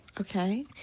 Okay